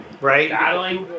Right